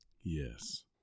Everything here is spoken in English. Yes